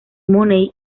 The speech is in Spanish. money